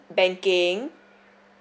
banking